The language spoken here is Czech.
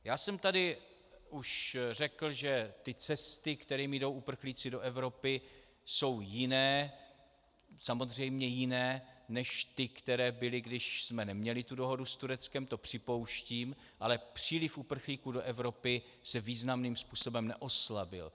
Už jsem tady řekl, že ty cesty, kterými jdou uprchlíci do Evropy, jsou jiné, samozřejmě jiné než ty, které byly, když jsme neměli tu dohodu s Tureckem, to připouštím, ale příliv uprchlíků do Evropy se významným způsobem neoslabil.